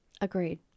Agreed